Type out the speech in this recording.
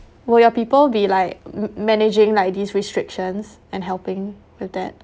will your people be like m~ managing like these restrictions and helping with that